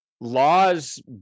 laws